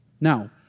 Now